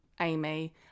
amy